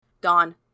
Dawn